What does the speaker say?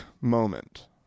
moment